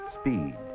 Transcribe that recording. speed